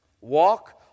walk